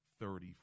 thirty